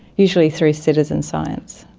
usually through citizen science.